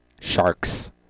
Sharks